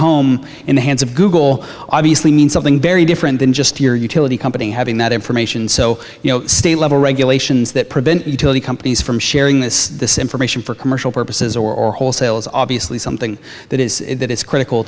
home in the hands of google obviously need something very different than just your utility company having that information so you know state level regulations that prevent utility companies from sharing this this information for commercial purposes or wholesale is obviously something that is that is critical